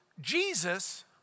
Jesus